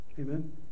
Amen